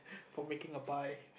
for making a pie